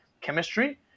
chemistry